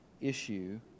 issue